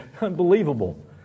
unbelievable